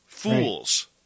Fools